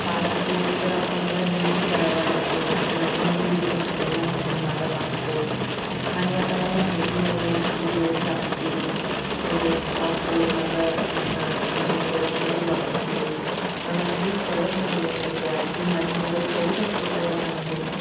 passport तर आता मला रिन्यू करावा लागेल आणि अजूनही रिन्यू झालेला नाही आहे माझा पासपोर्ट आणि आता मला माहिती नाही आहे किती दिवस लागतील ते भर पासपोर्ट माझा रिन्यू करून कधी वापस येईल मला काहीच कळत नाही आहे सध्या तू माझी मदत करू शकतो का याच्यामध्ये